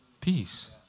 peace